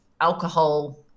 alcohol